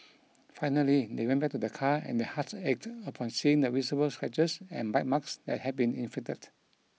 finally they went back to their car and their hearts ached upon seeing the visible scratches and bite marks that had been inflicted